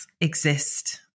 exist